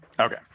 okay